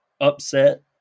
upset